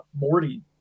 Morty